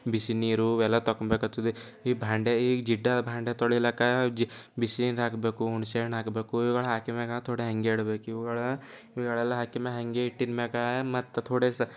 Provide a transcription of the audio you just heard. ಬಿಸಿ ನೀರು ಇವೆಲ್ಲ ತಗೋಬೆಕಾಗ್ತದೆ ಈ ಭಾಂಡೆ ಈ ಜಿಡ್ಡಾ ಭಾಂಡೆ ತೊಳಿಲಕ್ಕ ಜಿ ಬಿಸಿ ನೀರು ಹಾಕಬೇಕು ಹುಣಸೆಹಣ್ಣು ಹಾಕಬೇಕು ಇವುಗಳನ್ನು ಹಾಕಿದ ಮ್ಯಾಗ ಥೋಡಾ ಹಾಗೆ ಇಡಬೇಕು ಇವುಗಳ ಇವುಗಳೆಲ್ಲ ಹಾಕಿದ ಮ್ಯಾಗ ಹಾಗೆ ಇಟ್ಟಿದ ಮ್ಯಾಗ ಮತ್ತು ಥೋಡೆ